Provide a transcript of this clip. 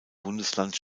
bundesland